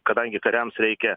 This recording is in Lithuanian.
kadangi kariams reikia